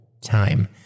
time